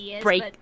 break